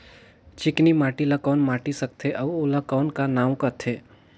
चिकनी माटी ला कौन माटी सकथे अउ ओला कौन का नाव काथे?